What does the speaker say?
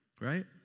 Right